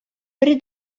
бер